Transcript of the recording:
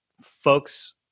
folks